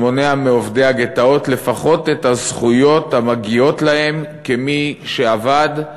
שמונע מעובדי הגטאות לפחות את הזכויות המגיעות להם כמי שעבד,